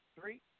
three